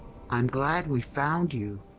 i'm glad we found you!